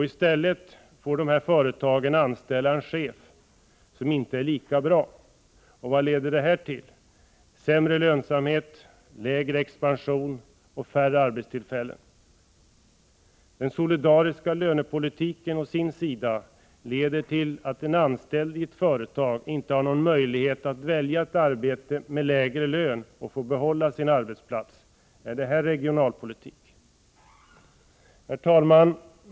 Jo, i stället får man anställa en chef som inte är lika bra. Vad leder detta till? Jo, sämre lönsamhet, lägre expansion och färre arbetstillfällen. Den solidariska lönepolitiken leder till att den anställde i ett företag å sin sida inte har någon möjlighet att välja ett arbete med lägre lön och därigenom behålla sin arbetsplats. Är det regionalpolitik? Herr talman!